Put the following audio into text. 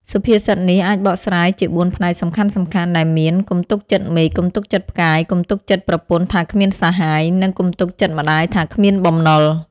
សុភាសិតនេះអាចបកស្រាយជាបួនផ្នែកសំខាន់ៗដែលមាន៖ កុំទុកចិត្តមេឃ កុំទុកចិត្តផ្កាយ កុំទុកចិត្តប្រពន្ធថាគ្មានសហាយ និងកុំទុកចិត្តម្តាយថាគ្មានបំណុល។